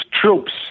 troops